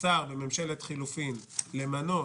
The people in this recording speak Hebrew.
שר בממשלת חילופים למנות